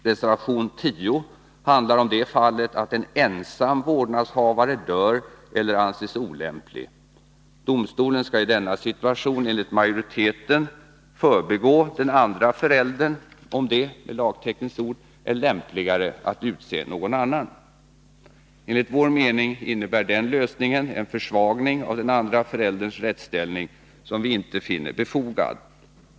Reservation 10 handlar om det fallet att en ensam vårdnadshavare dör eller anses olämplig. Domstolen skall i denna situation enligt majoriteten förbigå den andra föräldern, om det — med lagtextens ord — är lämpligare att utse någon annan. Enligt vår mening innebär denna lösning en försvagning av den andra förälderns rättsställning, som vi inte finner befogad.